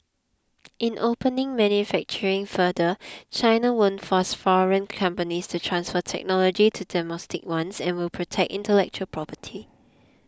in opening manufacturing further China won't force foreign companies to transfer technology to domestic ones and will protect intellectual property